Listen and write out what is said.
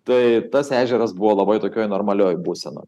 tai tas ežeras buvo labai tokioj normalioj būsenoj